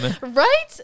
Right